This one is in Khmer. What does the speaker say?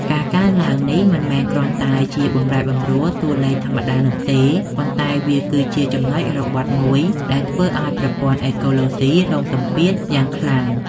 ការកើនឡើងនេះមិនមែនគ្រាន់តែជាបម្រែបម្រួលតួលេខធម្មតានោះទេ ប៉ុន្តែវាគឺជាចំណុចរបត់មួយដែលធ្វើឱ្យប្រព័ន្ធអេកូឡូស៊ីរងសម្ពាធយ៉ាងខ្លាំង។